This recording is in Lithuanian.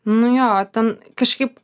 nu jo ten kažkaip